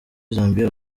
zambia